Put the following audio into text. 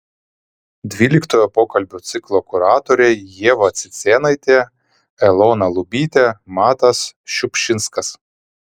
dvyliktojo pokalbių ciklo kuratoriai ieva cicėnaitė elona lubytė matas šiupšinskas